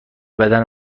بدن